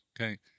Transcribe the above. Okay